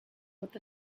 with